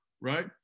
right